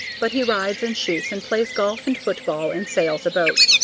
but he rides and shoots and plays golf and football and sails a boat.